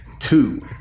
Two